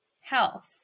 Health